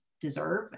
deserve